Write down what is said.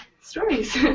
stories